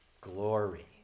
glory